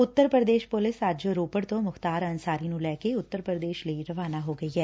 ਉੱਤਰ Pradesh police ਅੱਜ ਰੋਪੜ ਤੋਂ ਮੁਖ਼ਤਾਰ ਅੰਸਾਰੀ ਨੂੰ ਲੈ ਕੇ ਉੱਤਰ ਪ੍ਰਦੇਸ਼ ਲਈ ਰਵਾਨਾ ਹੋ ਗਈ ਐ